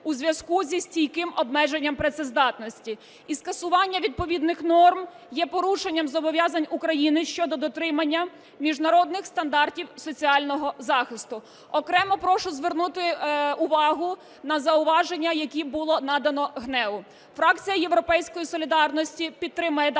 у зв'язку зі стійким обмеженням працездатності. І скасування відповідних норм є порушенням зобов'язань України щодо дотримання міжнародних стандартів соціального захисту. Окремо прошу звернути увагу на зауваження, які були надані ГНЕУ. Фракція "Європейської солідарності" підтримає даний